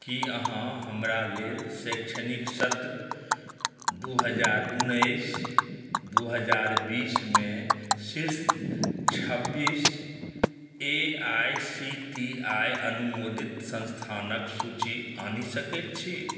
कि अहाँ हमरा लेल शैक्षणिक वर्ष दू हजार उन्नीस दू हजार बीसमे शीर्ष छब्बीस A I C T E अनुमोदित संस्थानक सूचि आनि सकैत छी